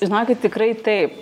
žinokit tikrai taip